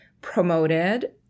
promoted